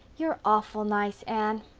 you're awful nice, anne.